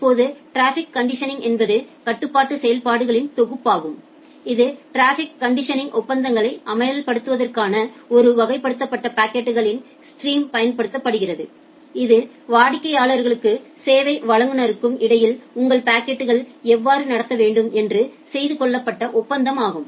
இப்போது traffic conditioning என்பது கட்டுப்பாட்டு செயல்பாடுகளின் தொகுப்பாகும் இது ட்ராஃபிக் கண்டிஷனிங் ஒப்பந்தங்களை அமல்படுத்துவதற்காக ஒரு வகைப்படுத்தப்பட்ட பாக்கெட்களின் ஸ்ட்ரீம் பயன்படுத்தப்படுகிறது இது வாடிக்கையாளர்களுக்கும் சேவை வழங்குநருக்கும் இடையில் உங்கள் பாக்கெட்கள் எவ்வாறு நடத்த வேண்டும் என்று செய்துகொள்ளப்பட்ட ஒப்பந்தம் ஆகும்